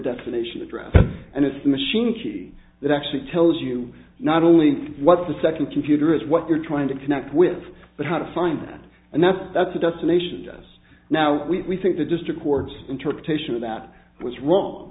destination address and it's the machine key that actually tells you not only what the second computer is what you're trying to connect with but how to find that and that's that's a destination does now we think the district court's interpretation of that was wrong